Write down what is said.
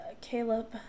Caleb